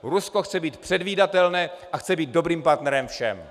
Rusko chce být předvídatelné a chce být dobrým partnerem všem.